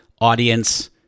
audience